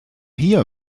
hier